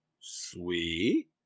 Sweet